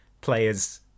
players